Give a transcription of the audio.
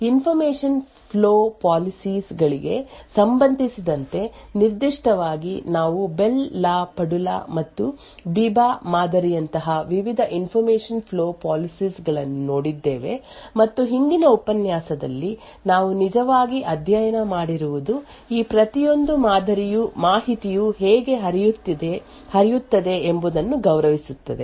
information flow policies ಗಳಿಗೆ ಸಂಬಂಧಿಸಿದಂತೆ ನಿರ್ದಿಷ್ಟವಾಗಿ ನಾವು ಬೆಲ್ ಲಾ ಪಡುಲಾ ಮತ್ತು ಬೀಬಾ ಮಾದರಿಯಂತಹ ವಿವಿಧ ಇನ್ಫಾರ್ಮಶನ್ ಫ್ಲೋ ಪೋಲಿಸಿಸ್ ಗಳನ್ನು ನೋಡಿದ್ದೇವೆ ಮತ್ತು ಹಿಂದಿನ ಉಪನ್ಯಾಸದಲ್ಲಿ ನಾವು ನಿಜವಾಗಿ ಅಧ್ಯಯನ ಮಾಡಿರುವುದು ಈ ಪ್ರತಿಯೊಂದು ಮಾದರಿಯು ಮಾಹಿತಿಯು ಹೇಗೆ ಹರಿಯುತ್ತದೆ ಎಂಬುದನ್ನು ಗೌರವಿಸುತ್ತದೆ